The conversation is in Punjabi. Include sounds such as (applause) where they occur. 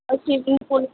(unintelligible)